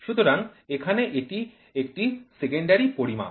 সুতরাং এখানে এটি একটি সেকেন্ডারি পরিমাপ